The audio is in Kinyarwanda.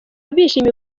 bishimiye